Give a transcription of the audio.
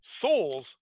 souls